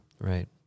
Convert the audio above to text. Right